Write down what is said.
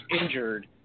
injured